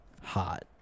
hot